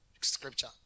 scripture